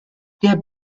der